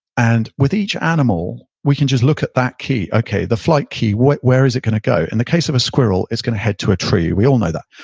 and with each animal, we can just look at that key okay, the flight key where is it going to go? in the case of a squirrel, it's going to head to a tree. we all know that.